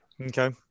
Okay